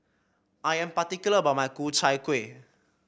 I am particular about my Ku Chai Kueh